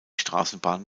straßenbahn